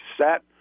set